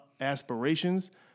aspirations